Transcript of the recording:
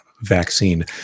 vaccine